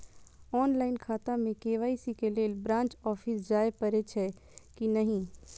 Online खाता में KYC के लेल ब्रांच ऑफिस जाय परेछै कि नहिं?